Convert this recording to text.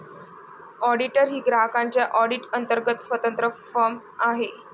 auditor ही ग्राहकांच्या audit अंतर्गत स्वतंत्र फर्म आहे